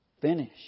Finish